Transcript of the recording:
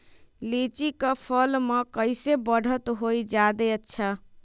लिचि क फल म कईसे बढ़त होई जादे अच्छा?